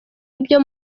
ibyo